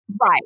Right